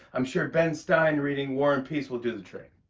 i'm sure ben stein reading war and peace will do the trick.